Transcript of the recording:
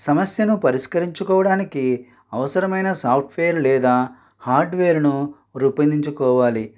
సమస్యను పరిష్కరించుకోవడానికి అవసరమైన సాఫ్ట్వేర్ లేదా హార్డ్వేర్ను రూపొందించుకోవాలి